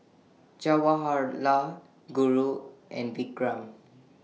Jawaharlal Guru and Vikram